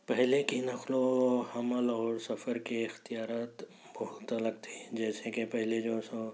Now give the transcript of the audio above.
پہلے کی نقل و حمل اور سفر کے اختیارات مختلف تھے جیسے کہ پہلے جو سو